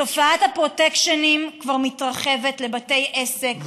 תופעת הפרוטקשנים כבר מתרחבת לבתי עסק,